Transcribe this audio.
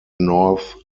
north